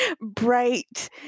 bright